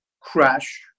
crash